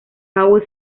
paul